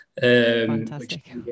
Fantastic